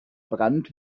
brand